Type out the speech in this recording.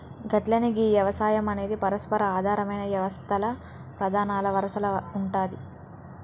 గట్లనే గీ యవసాయం అనేది పరస్పర ఆధారమైన యవస్తల్ల ప్రధానల వరసల ఉంటాది